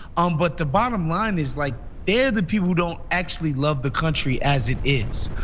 um but the bottom line is like they're the people who don't actually love the country as it is.